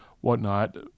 whatnot